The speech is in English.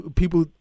people